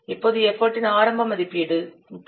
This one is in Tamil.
இப்போது எஃபர்ட் இன் ஆரம்ப மதிப்பீடு 32